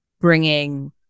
bringing